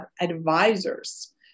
advisors